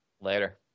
Later